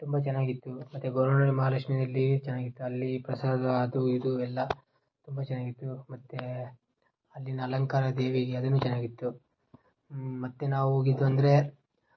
ತುಂಬ ಚೆನ್ನಾಗಿತ್ತು ಮತ್ತು ಗೊರವನಳ್ಳಿ ಮಹಾಲಕ್ಷ್ಮಿಯಲ್ಲೀ ಚೆನ್ನಾಗಿತ್ತು ಅಲ್ಲೀ ಪ್ರಸಾದ ಅದು ಇದು ಎಲ್ಲ ತುಂಬ ಚೆನ್ನಾಗಿತ್ತು ಮತ್ತೆ ಅಲ್ಲಿನ ಅಲಂಕಾರ ದೇವಿಗೆ ಅದೂನೂ ಚೆನ್ನಾಗಿತ್ತು ಮತ್ತು ನಾವು ಹೋಗಿದ್ದು ಅಂದರೆ